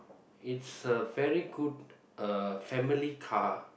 it's a very good uh family car